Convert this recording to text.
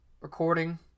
recording